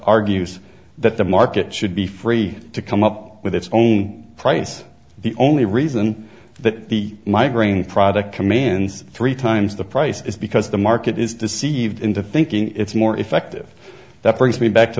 argues that the market should be free to come up with its own price the only reason that the migraine product commands three times the price is because the market is deceived into thinking it's more effective that brings me back to